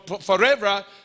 forever